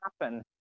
happen